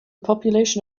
population